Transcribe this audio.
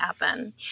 happen